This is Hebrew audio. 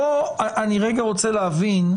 אני רוצה להבין,